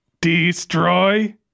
Destroy